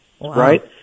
right